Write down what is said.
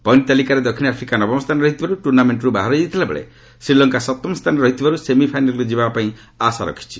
point ତାଲିକାରେ ଦକ୍ଷିଣ Africa ନବମ ସ୍ଥାନରେ ରହିଥିବାରୁ ଟୁର୍ଣ୍ଣାମେଷ୍ଟ୍ରୁ ବାହାର ହୋଇଯାଇଥିଲାବେଳେ ଶ୍ରୀଲଙ୍କା ସପ୍ତମ ସ୍ଥାନରେ ରହିଥିବାର୍ତ ସେମିଫାଇନାଲ୍କୁ ଯିବାକୁ ଯିବାପାଇଁ ଆଶା ରଖିଛି